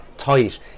tight